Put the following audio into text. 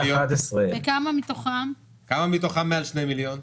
11,000. כמה מתוכם מעל 2 מיליון?